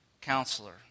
Counselor